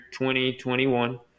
2021